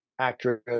actress